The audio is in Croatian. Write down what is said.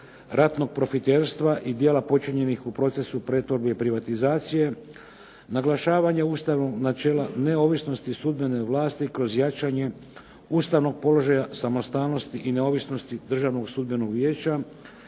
ratnog profiterstva i djela počinjenih u procesu pretvorbe i privatizacije, naglašavanje ustavnog načela neovisnosti sudbene vlasti kroz jačanje ustavnog položaja samostalnosti i neovisnosti Državnog sudbenog vijeća